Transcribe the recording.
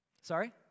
Sorry